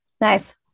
Nice